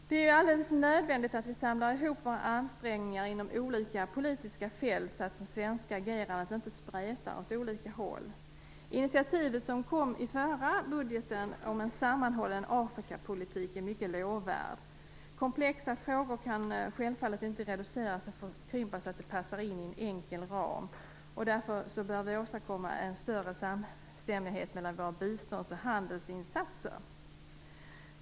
Det är alldeles nödvändigt att vi samlar ihop våra ansträngningar inom olika politiska fält så att det svenska agerandet inte spretar åt olika håll. Initiativet som kom i samband med den förra budgeten om en sammanhållen Afrikapolitik är därför lovvärt. Komplexa frågor kan självfallet inte reduceras och krympas så att de passar in i en enkel ram. Vi bör därför åstadkomma en större samstämmighet mellan våra bistånds och handelsinsatser.